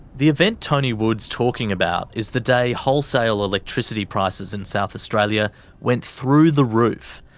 the event tony wood's talking about is the day wholesale electricity prices in south australia went through the roof.